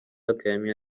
academia